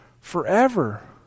forever